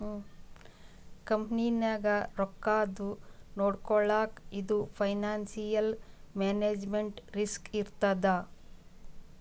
ಕಂಪನಿನಾಗ್ ರೊಕ್ಕಾದು ನೊಡ್ಕೊಳಕ್ ಇದು ಫೈನಾನ್ಸಿಯಲ್ ಮ್ಯಾನೇಜ್ಮೆಂಟ್ ರಿಸ್ಕ್ ಇರ್ತದ್